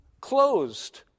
closed